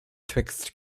twixt